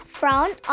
front